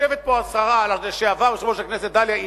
יושבת פה השרה לשעבר ויושבת-ראש הכנסת לשעבר דליה איציק,